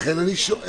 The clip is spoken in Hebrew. לכן אני שואל.